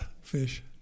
fish